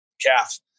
calf